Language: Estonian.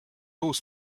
uus